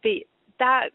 tai tą